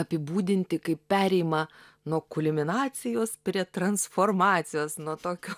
apibūdinti kaip perėjimą nuo kulminacijos prie transformacijos nuo tokio